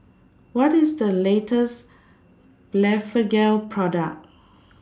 What IS The latest Blephagel Product